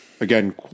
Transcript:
Again